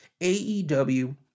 AEW